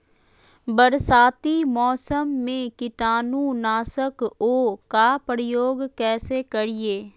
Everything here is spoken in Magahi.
बरसाती मौसम में कीटाणु नाशक ओं का प्रयोग कैसे करिये?